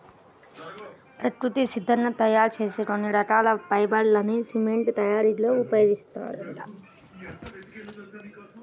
ప్రకృతి సిద్ధంగా తయ్యారు చేసే కొన్ని రకాల ఫైబర్ లని సిమెంట్ తయ్యారీలో ఉపయోగిత్తారంట